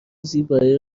زیبایی